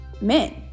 men